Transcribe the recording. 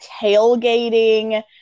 tailgating